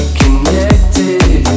connected